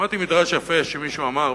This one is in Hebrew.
שמעתי מדרש יפה שמישהו אמר,